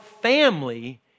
family